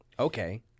okay